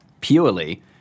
purely